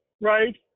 right